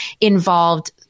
involved